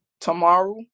tomorrow